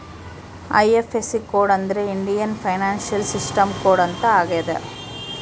IFSC code ಅಂದ್ರೆ Indian financial system code ಅಂತ ಆಗ್ಯದ